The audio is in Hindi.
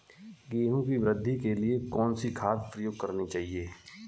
गेहूँ की वृद्धि के लिए कौनसी खाद प्रयोग करनी चाहिए?